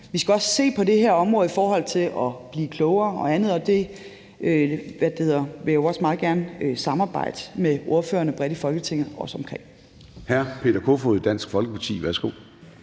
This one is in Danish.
Vi skal også se på det her område i forhold til at blive klogere, og det vil jeg jo også meget gerne samarbejde med ordførerne bredt i Folketinget om.